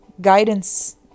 guidance